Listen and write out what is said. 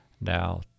Now